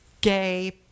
gay